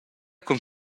cun